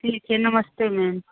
ठीक है नमस्ते मैम